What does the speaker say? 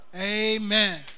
Amen